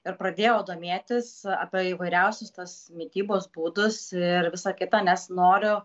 ir pradėjau domėtis apie įvairiausius tuos mitybos būdus ir visa kita nes noriu